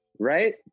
Right